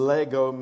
Lego